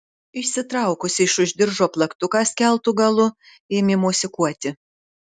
išsitraukusi iš už diržo plaktuką skeltu galu ėmė mosikuoti